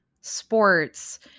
sports